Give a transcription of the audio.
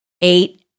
eight